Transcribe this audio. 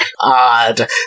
odd